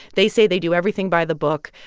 they say they do everything by the book.